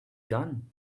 done